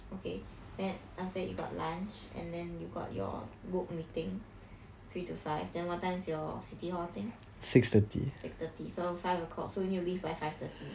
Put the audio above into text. okay then after that you got lunch and then you got your work meeting three to five then what time is your city hall thing six thirty so five o'clock so we need to leave by five thirty